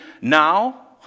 now